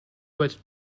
with